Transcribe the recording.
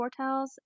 quartiles